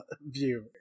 view